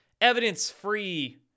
evidence-free